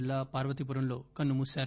జిల్లా పార్వతీపురం లో కన్ను మూశారు